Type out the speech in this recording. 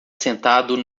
sentado